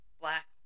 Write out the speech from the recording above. black